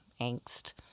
angst